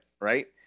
right